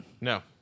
No